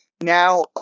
Now